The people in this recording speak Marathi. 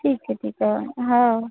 ठीक आहे ठीक आहे हो